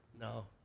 no